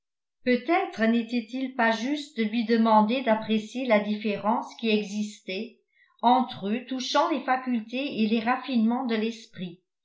peut-être n'était-il pas juste de lui demander d'apprécier la différence qui existait entre eux touchant les facultés et les raffinements de l'esprit